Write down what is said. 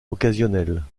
occasionnelles